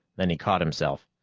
then he caught himself.